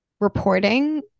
reporting